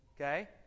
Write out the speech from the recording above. okay